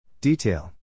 Detail